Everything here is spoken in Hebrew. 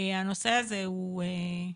הנושא הזה הוא,